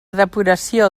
depuració